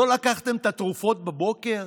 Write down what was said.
לא לקחתם את התרופות בבוקר?